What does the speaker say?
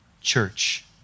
church